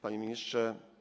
Panie Ministrze!